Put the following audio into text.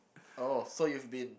oh so you've been